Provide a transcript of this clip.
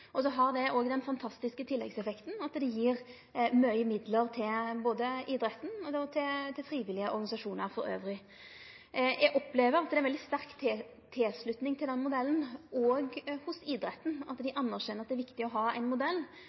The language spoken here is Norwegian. Så har han den fantastiske tilleggseffekten at han gjev mykje midlar til både idretten og frivillige organisasjonar elles. Eg opplever at det er veldig sterk tilslutning til modellen òg hos idretten – at dei anerkjenner at det er viktig å ha ein modell